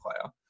player